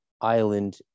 island